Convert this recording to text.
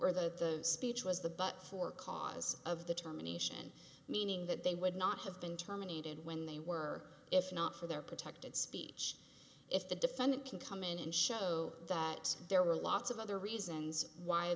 were the speech was the but for cause of the term a nation meaning that they would not have been terminated when they were if not for their protected speech if the defendant can come in and show that there were lots of other reasons why